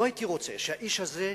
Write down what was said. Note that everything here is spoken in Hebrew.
לא הייתי רוצה שהאיש הזה,